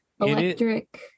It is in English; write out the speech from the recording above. electric